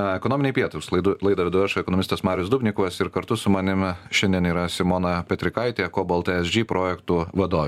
ekonominiai pietūs laidu laidą vedu aš ekonomistas marius dubnikovas ir kartu su manim šiandien yra simona petrikaitė cobalt esg projektų vadovė